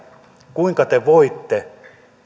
kuinka te voitte